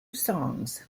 songs